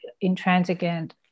intransigent